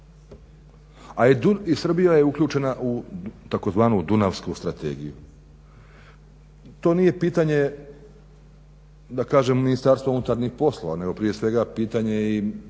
a i Srbija je uključena u tzv. Dunavsku strategiju. To nije pitanje Ministarstva unutarnjih poslova nego prije svega pitanje i